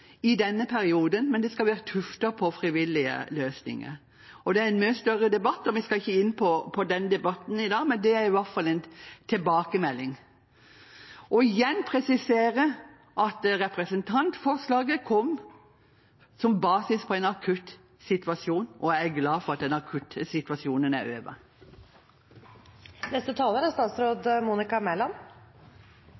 i denne perioden, men det skal være tuftet på frivillige løsninger. Det er en mye større debatt, og vi skal ikke inn på den debatten i dag, men det er i hvert fall en tilbakemelding. Jeg vil igjen presisere at representantforslaget kom med basis i en akutt situasjon, og jeg er glad for at den akutte situasjonen er